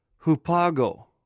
Hupago